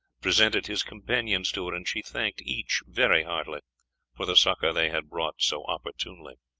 presented his companions to her, and she thanked each very heartily for the succour they had brought so opportunely.